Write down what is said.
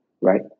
right